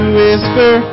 whisper